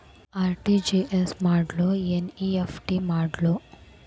RTGS ಮಾಡ್ಲೊ NEFT ಮಾಡ್ಲೊ?